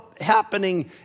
happening